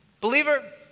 Believer